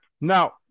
now